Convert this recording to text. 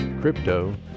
Crypto